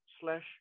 slash